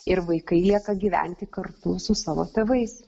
ir vaikai lieka gyventi kartu su savo tėvais